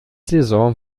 saison